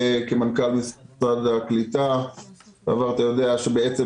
כמנכ"ל משרד הקליטה בעבר אתה יודע שבעצם